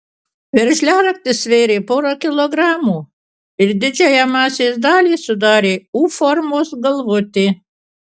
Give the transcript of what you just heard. veržliaraktis svėrė porą kilogramų ir didžiąją masės dalį sudarė u formos galvutė